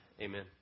Amen